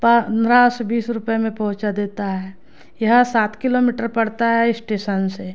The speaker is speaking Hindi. पंद्रह से बीस रुपये में पहुँचा देता है यह सात किलोमीटर पड़ता है स्टेसन से